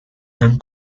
han